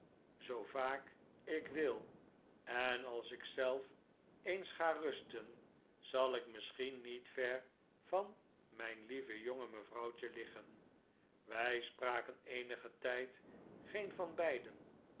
zoo vaak ik wil en als ik zelf eens ga rusten zal ik misschien niet ver van mijn lieve jonge mevrouwtje liggen wij spraken eenigen tijd geen van beiden